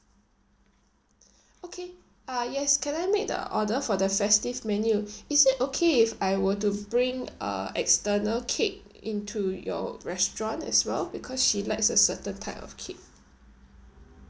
okay uh yes can I make the order for the festive menu is it okay if I were to bring uh external cake into your restaurant as well because she likes a certain type of cake